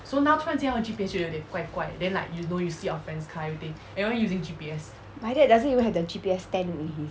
my dad doesn't even have the G_P_S stand already